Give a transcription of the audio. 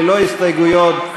ללא הסתייגויות,